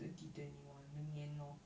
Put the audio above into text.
twenty twenty one 明年 lor